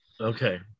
Okay